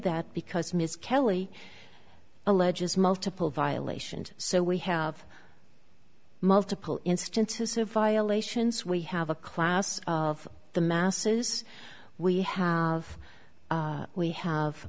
that because ms kelly alleges multiple violations so we have multiple instances of violations we have a class of the masses we have we have